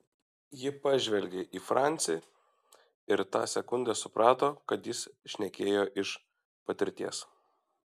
ji pažvelgė į francį ir tą sekundę suprato kad jis šnekėjo iš patirties